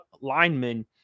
linemen